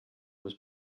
was